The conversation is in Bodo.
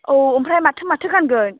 औ ओमफ्राय माथो माथो गानगोन